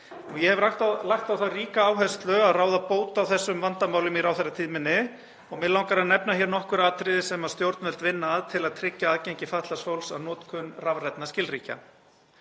Ég hef lagt á það ríka áherslu að ráða bót á þessum vandamálum í ráðherratíð minni og mig langar að nefna hér nokkur atriði sem stjórnvöld vinna að til að tryggja aðgengi fatlaðs fólks að notkun rafrænna skilríkja.